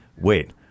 wait